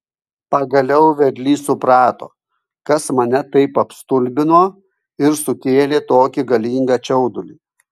pagaliau vedlys suprato kas mane taip apstulbino ir sukėlė tokį galingą čiaudulį